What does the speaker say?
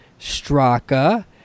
Straka